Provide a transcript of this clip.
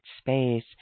space